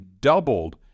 doubled